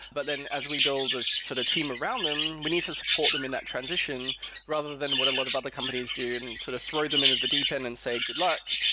but then as we build a sort of team around them, we need to support them in that transition rather than what a lot of other companies do and sort of throw them in the deep end and say, good luck.